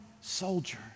soldier